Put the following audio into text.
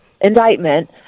indictment